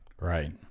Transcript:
Right